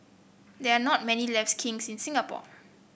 there are not many left kilns in Singapore